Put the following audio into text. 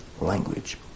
language